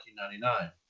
1999